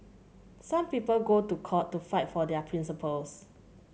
some people go to court to fight for their principles